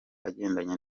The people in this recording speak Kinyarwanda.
agendanye